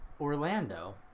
Orlando